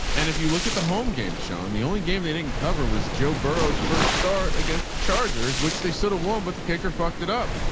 and if you look at the home game, sean, the only game they didn't cover was joe burrow's first start against the chargers, which they sort of won, but the kicker fucked it up.